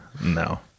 no